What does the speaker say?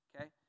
okay